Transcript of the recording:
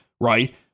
right